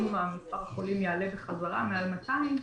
ואם מספר החולים יעלה בחזרה מעל 200,